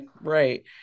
right